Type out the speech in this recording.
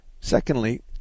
Secondly